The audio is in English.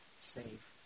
save